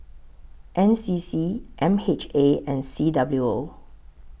N C C M H A and C W O